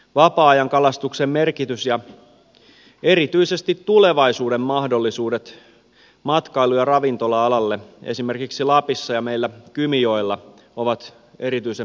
vapaa ajankalastuksen merkitys ja erityisesti tulevaisuuden mahdollisuudet matkailu ja ravintola alalle esimerkiksi lapissa ja meillä kymijoella ovat erityisen mittavat